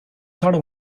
thought